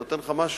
אני נותן לך משהו,